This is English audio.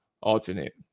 alternate